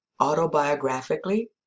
autobiographically